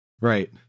Right